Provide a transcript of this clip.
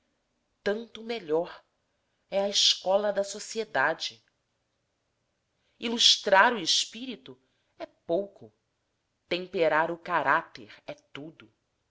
tanto melhor é a escola da sociedade ilustrar o espírito é pouco temperar o caráter é tudo